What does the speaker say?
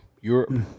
Europe